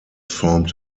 formed